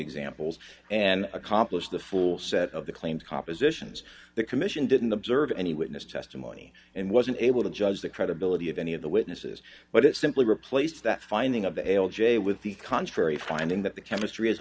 examples and accomplish the full set of the claimed compositions the commission didn't observe any witness testimony and wasn't able to judge the credibility of any witnesses but it simply replace that finding avail j with the contrary finding that the chemistry is